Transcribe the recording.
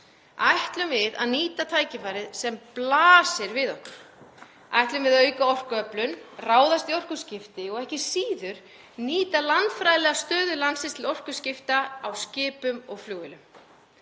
Ætlum við að nýta tækifærið sem blasir við okkur? Ætlum við að auka orkuöflun, ráðast í orkuskipti og ekki síður nýta landfræðilega stöðu landsins til orkuskipta á skipum og flugvélum?